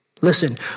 Listen